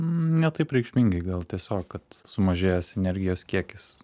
ne taip reikšmingai gal tiesiog kad sumažėjęs energijos kiekis